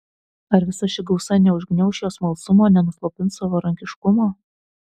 ar visa ši gausa neužgniauš jo smalsumo nenuslopins savarankiškumo